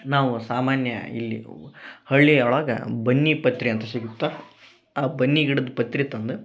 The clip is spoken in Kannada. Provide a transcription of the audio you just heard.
ನಾವು ಸಾಮಾನ್ಯ ಇಲ್ಲಿ ಒ ಹಳ್ಳಿ ಒಳಗ ಬನ್ನಿಪತ್ರಿ ಅಂತ ಸಿಗುತ್ತ ಆ ಬನ್ನಿ ಗಿಡದ ಪತ್ರಿ ತಂದ